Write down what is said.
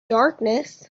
darkness